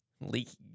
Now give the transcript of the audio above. Leaky